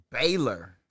Baylor